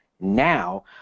now